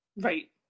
Right